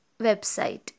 website